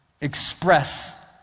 express